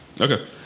Okay